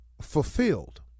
fulfilled